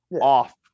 off